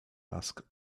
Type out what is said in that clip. asked